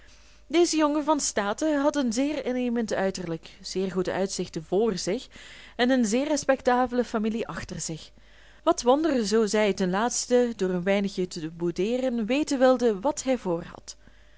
deze jonge van staten had een zeer innemend uiterlijk zeer goede uitzichten vr zich en een zeer respectabele familie achter zich wat wonder zoo zij ten laatste door een weinigje te boudeeren weten wilde wat hij voorhad